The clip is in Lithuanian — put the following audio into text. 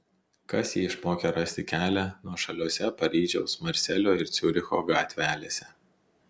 kas jį išmokė rasti kelią nuošaliose paryžiaus marselio ir ciuricho gatvelėse